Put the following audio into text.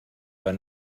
war